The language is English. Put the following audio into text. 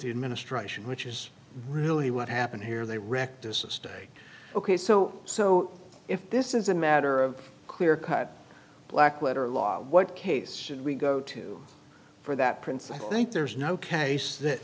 the administration which is really what happened here they wrecked this estate ok so so if this is a matter of clear cut black letter law what case should we go to for that prince i think there's no case that